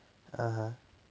(uh huh)